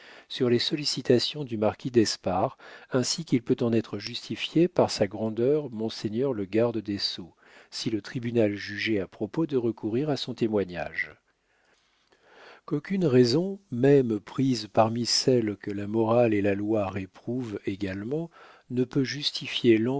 sur les sollicitations du marquis d'espard ainsi qu'il peut en être justifié par sa grandeur monseigneur le garde des sceaux si le tribunal jugeait à propos de recourir à son témoignage qu'aucune raison même prise parmi celles que la morale et la loi réprouvent également ne peut justifier